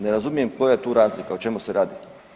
Ne razumijem koja je tu razlika, o čemu se radi.